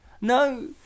No